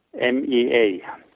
M-E-A